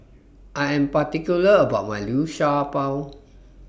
I Am particular about My Liu Sha Bao